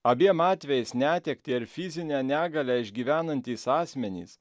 abiem atvejais netektį ar fizinę negalią išgyvenantys asmenys